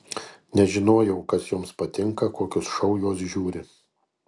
nežinojau kas joms patinka kokius šou jos žiūri